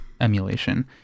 emulation